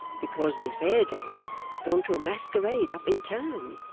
because miss haredale has gone to a masquerade up in town,